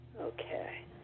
Okay